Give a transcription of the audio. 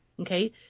Okay